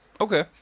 Okay